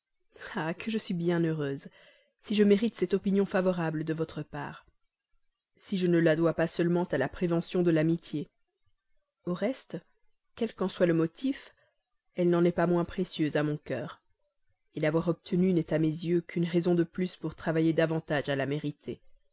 ah je suis bien heureuse si je mérite cette opinion favorable de votre part si je ne la dois pas seulement à la prévention de l'amitié au reste quel qu'en soit le motif elle n'en est pas moins précieuse à mon cœur l'avoir obtenue n'est à mes yeux qu'une raison de plus pour travailler davantage à la mériter